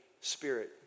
Spirit